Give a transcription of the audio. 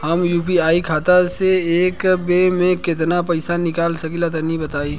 हम यू.पी.आई खाता से एक बेर म केतना पइसा निकाल सकिला तनि बतावा?